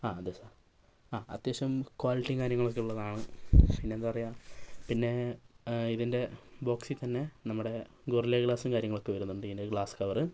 ആ അതെ സർ ആ അത്യാവശ്യം ക്വാളിറ്റിയും കാര്യങ്ങളൊക്കെ ഉള്ളതാണ് പിന്നെന്താ പറയുക പിന്നെ ഇതിൻ്റെ ബോക്സിൽ തന്നെ നമ്മുടെ ഗൊറില്ല ഗ്ലാസും കാര്യങ്ങളൊക്കെ വരുന്നുണ്ട് ഇതിൻ്റെ ഗ്ലാസ് കവറ്